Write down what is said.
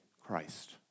Christ